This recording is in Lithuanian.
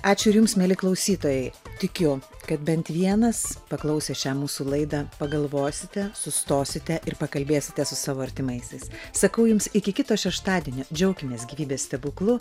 ačiū ir jums mieli klausytojai tikiu kad bent vienas paklausęs šią mūsų laidą pagalvosite sustosite ir pakalbėsite su savo artimaisiais sakau jums iki kito šeštadienio džiaukimės gyvybės stebuklu